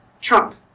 trump